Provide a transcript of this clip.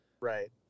right